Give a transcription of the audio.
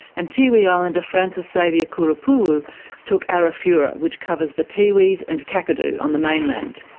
and tiwi islander francis xavier kurrupuwu took arafura, which covers the tiwis and kakadu on the mainland.